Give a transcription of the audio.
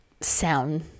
sound